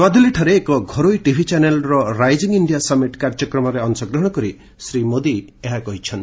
ନୂଆଦିଲ୍ଲୀଠାରେ ଏକ ଘରୋଇ ଟିଭି ଚ୍ୟାନେଲ୍ର ରାଇଜିଂ ଇଣ୍ଡିଆ ସମିଟ୍ କାର୍ଯ୍ୟକ୍ରମ ଅଶଗ୍ରହଣ କରି ଶ୍ୱୀ ମୋଦି ଏହା କହିଚ୍ଚନ୍ତି